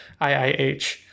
IIH